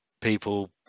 people